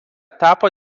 tapo